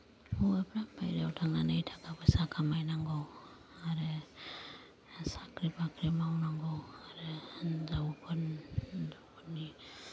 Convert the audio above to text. हौवाफ्रा बायहेरायाव थांनानै थाखा फैसा खामायनांगौ आरो साख्रि बाख्रि मावनांगौ आरो हिनजावफोरनि